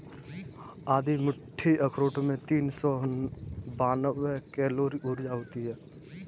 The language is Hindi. आधी मुट्ठी अखरोट में तीन सौ बानवे कैलोरी ऊर्जा होती हैं